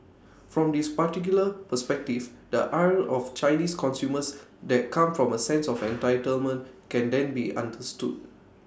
from this particular perspective the ire of Chinese consumers that come from A sense of entitlement can then be understood